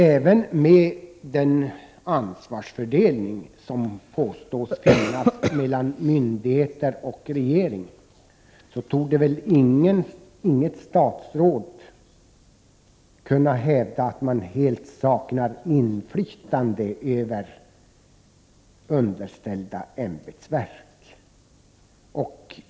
Trots den ansvarsfördelning som påstås föreligga mellan myndigheter och regering torde väl inget statsråd kunna hävda att man helt saknar inflytande över understödda ämbetsverk.